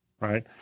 right